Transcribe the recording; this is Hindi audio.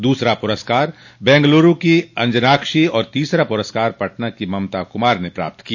दूसरा पुरस्कार बैंगलूरू की अंजनाक्षी और तीसरा पुरस्कार पटना की ममता कुमार ने प्राप्त किया